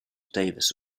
davis